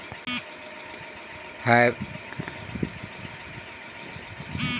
hybrid fund mutual fund होइ छै